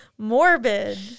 morbid